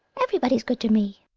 everybody's good to me!